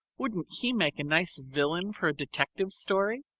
wouldn't he make a nice villain for a detective story?